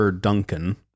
Duncan